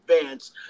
advance